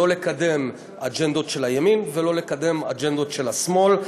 לא לקדם אג'נדות של הימין ולא לקדם אג'נדות של השמאל,